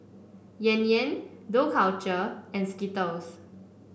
Yan Yan Dough Culture and Skittles